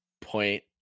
point